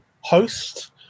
host